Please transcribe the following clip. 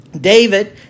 David